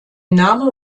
name